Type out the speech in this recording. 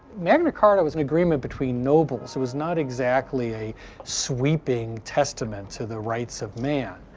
magna carta was an agreement between nobles. it was not exactly a sweeping testament to the rights of man,